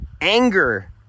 anger